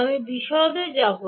আমি বিশদে যাব না